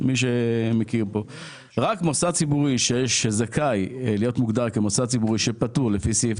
רק מוסד ציבורי שזכאי להיות מוגדר כמוסד ציבורי שפטור לפי סעיף